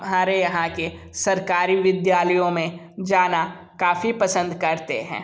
हमारे यहाँ के सरकारी विद्यालयों में जाना काफ़ी पसंद करते हैं